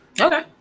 Okay